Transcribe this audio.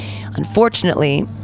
Unfortunately